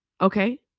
Okay